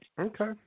Okay